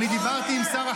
אל תשנה את הנושא.